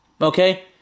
Okay